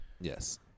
yes